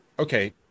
Okay